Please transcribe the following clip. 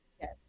yes